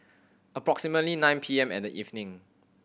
approximately nine P M in the evening